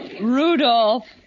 Rudolph